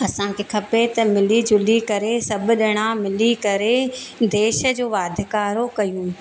असांखे खपे त मिली झुली करे सभु ॼणा मिली करे देश जो वाधिकारो कयूं